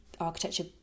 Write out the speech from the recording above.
architecture